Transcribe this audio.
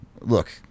look